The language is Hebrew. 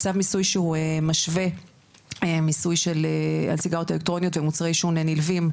צו מיסוי שהוא משווה מיסוי על סיגריות אלקטרוניות ומוצרי עישון נלווים,